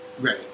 Right